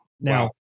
Now